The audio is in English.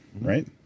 right